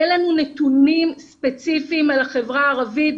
אין לנו נתונים ספציפיים על החברה הערבית,